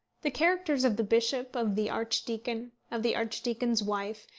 the characters of the bishop, of the archdeacon, of the archdeacon's wife,